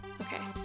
Okay